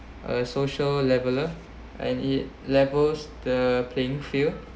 a social leveller and it levels the playing field